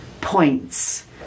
points